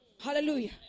Hallelujah